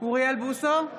אוריאל בוסו,